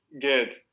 good